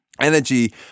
energy